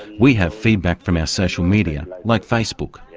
we have feedback from our social media, like facebook.